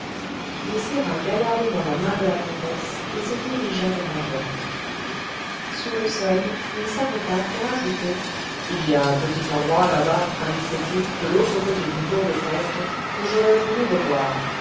il serra gaillardement la main de la comtesse et se dirigea vers la porte sur le seuil il s'arrêta pour ajouter il y a un petit endroit là-bas à mi côté de l'autre côté du bourg de brech que j'aurais voulu revoir